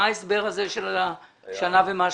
מה ההסבר לשנה ומשהו?